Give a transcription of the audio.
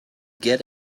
get